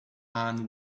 anne